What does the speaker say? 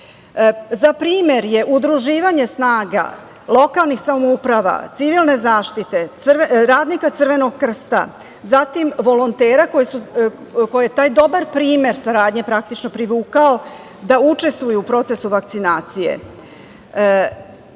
primer je udruživanje snaga lokalnih samouprava, civilne zaštite, radnika Crvenog krsta, volontera koje je taj dobar primer saradnje praktično privukao da učestvuju u procesu vakcinacije.